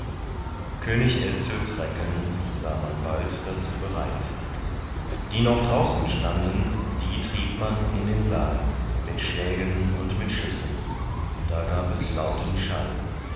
könig etzels recken sah man bald dazu bereit die noch draußen standen die trieb man in den saal mit schlägen und mit schüssen da gab es lauten schall